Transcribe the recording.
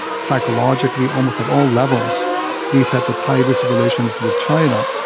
psychologically, almost at all levels we've had the tightest relations with china.